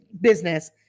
business